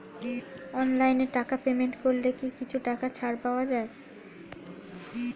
অনলাইনে টাকা পেমেন্ট করলে কি কিছু টাকা ছাড় পাওয়া যায়?